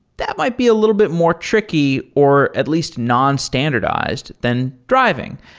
that might be a little bit more tricky, or at least non-standardized than driving.